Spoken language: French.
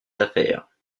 affaires